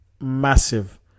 massive